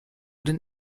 den